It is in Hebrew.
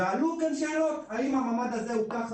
ועלו גם שאלות: האם הממ"ד הזה הוא ככה,